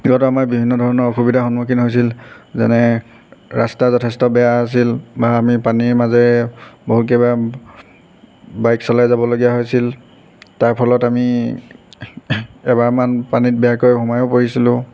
ইয়াত আমাৰ বিভিন্ন ধৰণৰ অসুবিধাৰ সন্মুখীন হৈছিল যেনে ৰাস্তা যথেষ্ট বেয়া আছিল বা আমি পানীৰ মাজেৰে বহুত কেইবাৰ বাইক চলাই যাবলগীয়া হৈছিল তাৰ ফলত আমি এবাৰমান পানীত বেয়াকৈ সোমায়ো পৰিছিলো